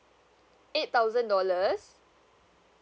eight thousand dollars